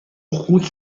خوک